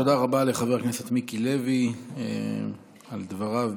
תודה רבה לחבר הכנסת מיקי לוי על דבריו,